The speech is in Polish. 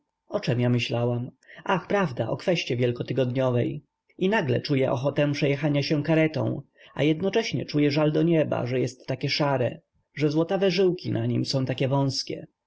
o czem ja myślałam ach prawda o kweście wielkotygodniowej i nagle czuje ochotę przejechania się karetą a jednocześnie czuje żal do nieba że jest takie szare że złotawe żyłki na nim są tak wąskie